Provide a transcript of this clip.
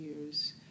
years